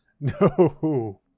No